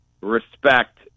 respect